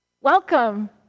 welcome